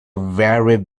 very